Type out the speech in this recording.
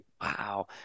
Wow